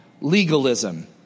legalism